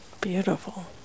Beautiful